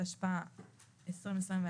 התשפ"א-2021,